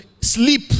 sleep